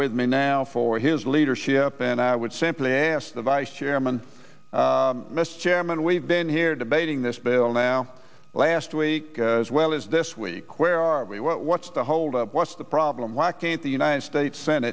with me now for his leadership and i would simply ask the vice chairman mr chairman we've been here debating this bill now last week as well as this week where are we what what's the holdup what's the problem was at the united states sen